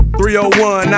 301